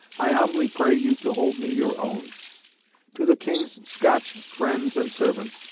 i humbly pray you to hold me your own to the king's scotch friends and servants,